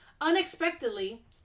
Unexpectedly